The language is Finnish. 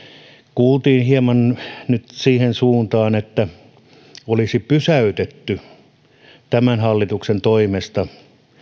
kuultiin hieman nyt jotain siihen suuntaan että olisi pysäytetty tämän hallituksen toimesta